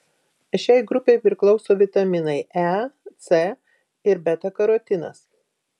šiai grupei priklauso vitaminai e c ir beta karotinas